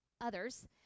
others